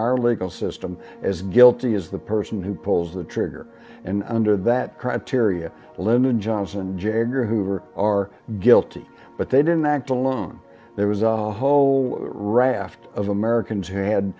our legal system as guilty as the person who pulls the trigger and under that criteria lyndon johnson j edgar hoover are guilty but they didn't act alone there was a whole raft of americans who